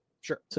Sure